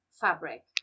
fabric